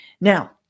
Now